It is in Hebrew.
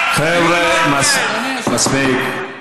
חבר'ה, מספיק.